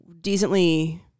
decently-